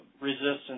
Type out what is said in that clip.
resistance